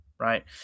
right